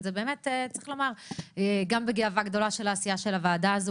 צריך לומר גם בגאווה גדולה על העשייה של הוועדה הזאת